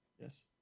Yes